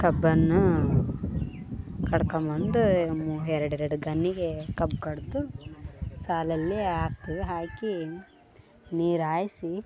ಕಬ್ಬನ್ನು ಕಡ್ಕಂಬಂದು ಎರಡೆರಡು ಗಣ್ಣಿಗೇ ಕಬ್ಬು ಕಡ್ದು ಸಾಲಲ್ಲಿ ಹಾಕ್ತೀವಿ ಹಾಕಿ ನೀರು ಹಾಯಿಸಿ